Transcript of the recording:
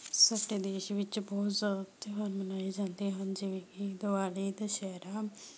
ਸਾਡੇ ਦੇਸ਼ ਵਿੱਚ ਬਹੁਤ ਜ਼ਿਆਦਾ ਤਿਉਹਾਰ ਮਨਾਏ ਜਾਂਦੇ ਹਨ ਜਿਵੇਂ ਕਿ ਦੀਵਾਲੀ ਦੁਸ਼ਹਿਰਾ